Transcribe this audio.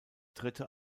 dritte